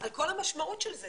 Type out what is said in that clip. על כל המשמעות של זה,